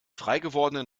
freigewordenen